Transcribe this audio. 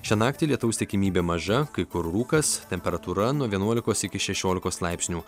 šią naktį lietaus tikimybė maža kai kur rūkas temperatūra nuo vienuolikos iki šešiolikos laipsnių